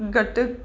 घटि